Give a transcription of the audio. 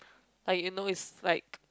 like you know is like